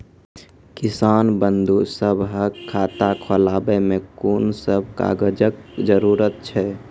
किसान बंधु सभहक खाता खोलाबै मे कून सभ कागजक जरूरत छै?